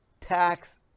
Tax